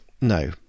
no